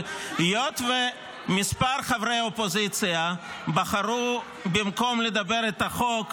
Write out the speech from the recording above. אבל היות שמספר חברי האופוזיציה בחרו במקום לדבר על החוק,